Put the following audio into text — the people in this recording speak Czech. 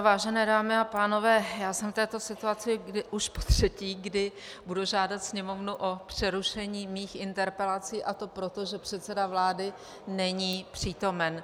Vážené dámy a pánové, já jsem v této situaci už potřetí, kdy budu žádat Sněmovnu o přerušení svých interpelací, a to proto, že předseda vlády není přítomen.